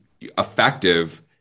effective